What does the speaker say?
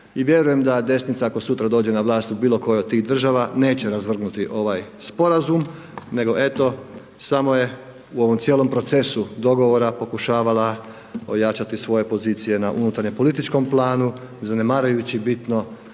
i vjerujem da desnica ako sutra dođe na vlast u bilo kojoj od tih država neće razvrgnuti ovaj sporazum nego eto samo je u ovom cijelom procesu dogovora pokušavala ojačati svoje pozicije na unutarnje političkom planu zanemarujući bitno